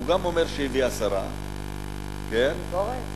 הוא גם אומר שהביא עשרה, אין ביקורת?